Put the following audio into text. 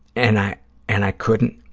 and i and i couldn't.